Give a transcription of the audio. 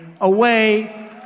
away